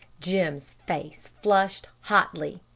jim's face flushed hotly,